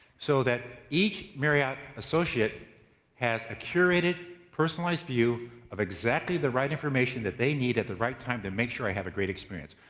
so that each marriott associate has a curated personalized view of exactly the right information that that they need at the right time to make sure i have a great experience.